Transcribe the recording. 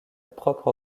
propre